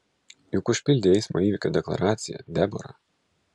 juk užpildei eismo įvykio deklaraciją debora